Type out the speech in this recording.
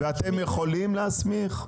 ואתם יכולים להסמיך?